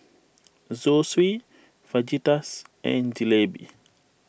Zosui Fajitas and Jalebi